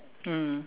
mm